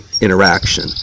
interaction